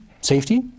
safety